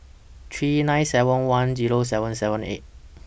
three nine seven one Zero seven seven eight